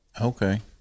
Okay